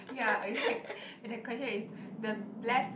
ya okay the question is the best